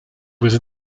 was